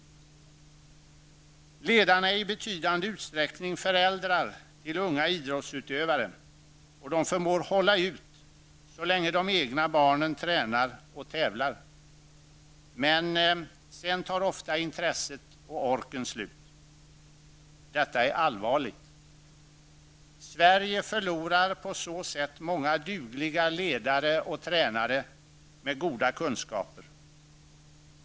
Ledarna är i betydande utsträckning föräldrar till unga idrottsutövare, och de förmår hålla ut så länge de egna barnen tränar och tävlar. Men sedan tar ofta intresset och orken slut. Detta är allvarligt. Sverige förlorar på så sätt många dugliga ledare och tränare med goda kunskaper.